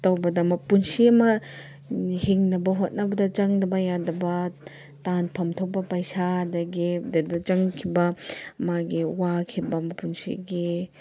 ꯇꯧꯕꯗ ꯃꯄꯨꯟꯁꯤ ꯑꯃ ꯍꯤꯡꯅꯕ ꯍꯣꯠꯅꯕꯗ ꯆꯪꯗꯕ ꯌꯥꯗꯕ ꯇꯥꯟꯐꯝ ꯊꯣꯛꯄ ꯄꯩꯁꯥ ꯑꯗꯒꯤ ꯑꯗꯨꯗ ꯆꯪꯈꯤꯕ ꯃꯥꯒꯤ ꯋꯥꯈꯤꯕ ꯃꯄꯨꯟꯁꯤꯒꯤ